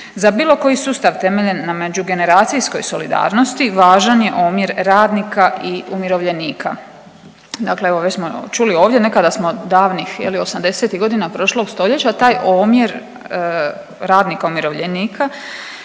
Za bilo koji sustav temeljen na međugeneracijskoj solidarnosti važan je omjer radnika i umirovljenika. Dakle, evo već smo čuli ovdje nekada smo davnih je li '80.-ih godina prošlog stoljeća taj omjer radnika umirovljenika